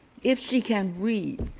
if she can read